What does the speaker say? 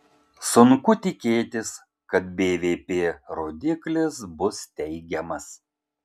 sunku tikėtis kad bvp rodiklis bus teigiamas